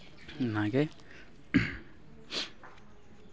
ᱚᱱᱟᱜᱮ